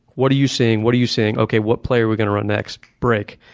what are you saying, what are you saying? okay, what play are we going to run next? break.